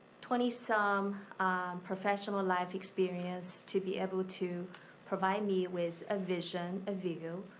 twenty some professional life experience to be able to provide me with a vision, a video,